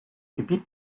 gebiet